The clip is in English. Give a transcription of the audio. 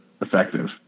effective